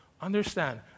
Understand